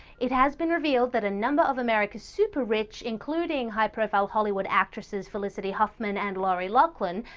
it has been revealed that a number of america's super rich, including high profile hollywood actresses felicity huffman and lori loughlin,